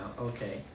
Okay